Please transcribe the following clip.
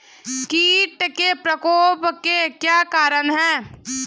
कीट के प्रकोप के क्या कारण हैं?